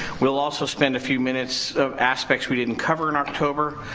we'll also spend a few minutes of aspects we didn't cover in october,